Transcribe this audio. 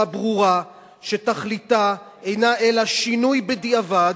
ברורה שתכליתה אינה אלא שינוי בדיעבד,